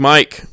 Mike